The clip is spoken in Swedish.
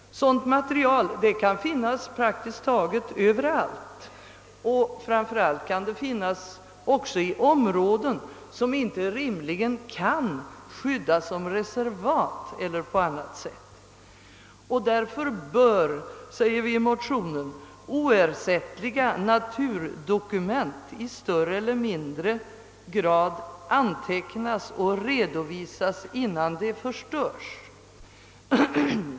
Sådant material kan finnas praktiskt taget överallt, och i synnerhet finns det i områden som inte rimligen kan skyddas som reservat eller på annat sätt. Därför bör, säger vi i motionen, oersättliga naturdokument i större eller mindre grad antecknas och redovisas innan de förstörs.